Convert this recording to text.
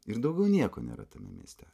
ir daugiau nieko nėra tame mieste